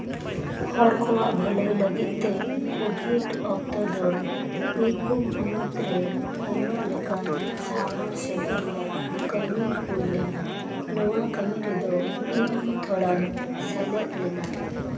ᱦᱚᱲ ᱠᱚᱣᱟᱜ ᱵᱷᱟᱹᱞᱟᱹᱭ ᱞᱟᱹᱜᱤᱫᱛᱮ ᱠᱳᱵᱷᱤᱰ ᱚᱠᱛᱚ ᱫᱚ ᱵᱤᱨᱵᱷᱩᱢ ᱦᱚᱱᱚᱛᱨᱮ ᱟᱭᱢᱟ ᱞᱮᱠᱟᱱ ᱥᱟᱶᱟᱨ ᱥᱮᱵᱟ ᱨᱮᱭᱟᱜ ᱠᱟᱹᱢᱤ ᱦᱩᱭᱞᱮᱱᱟ ᱱᱚᱣᱟ ᱠᱟᱹᱢᱤ ᱨᱮᱫᱚ ᱤᱧᱦᱚᱸ ᱛᱷᱚᱲᱟᱧ ᱥᱮᱞᱮᱫ ᱞᱮᱱᱟ